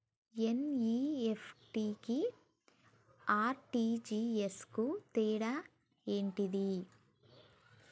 NEFT కి RTGS కు తేడా ఏంటిది?